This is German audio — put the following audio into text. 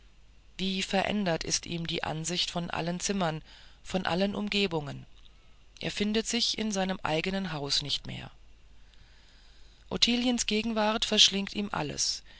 wie verändert ist ihm die ansicht von allen zimmern von allen umgebungen er findet sich in seinem eigenen hause nicht mehr ottiliens gegenwart verschlingt ihm alles